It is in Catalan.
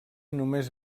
només